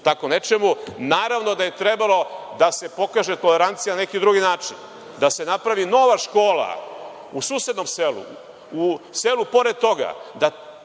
tako nečemu. Naravno da je trebalo da se pokaže tolerancija na neki drugi način, da se napravi nova škola u susednom selu, u selu pored toga,